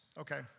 okay